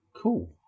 Cool